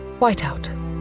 Whiteout